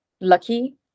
lucky